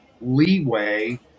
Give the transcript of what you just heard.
leeway